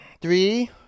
three